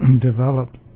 develop